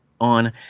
on